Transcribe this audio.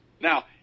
Now